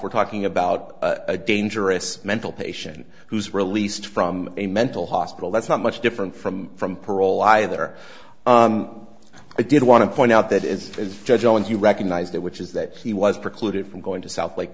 we're talking about a dangerous mental patient who is released from a mental hospital that's not much different from from parole either i did want to point out that is judge jones you recognize that which is that he was precluded from going to south lake